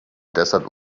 desert